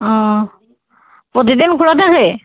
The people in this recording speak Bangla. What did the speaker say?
ও প্রতিদিন খোলা থাকে